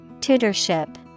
Tutorship